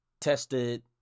tested